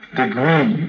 degree